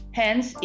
hence